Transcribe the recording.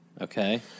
Okay